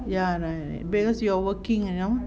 ya right because you are working you know